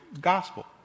gospel